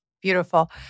Beautiful